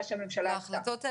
ההגדרה היא עצמאית ונדונה בוועדת